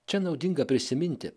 čia naudinga prisiminti